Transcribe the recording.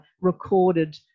recorded